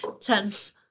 Tense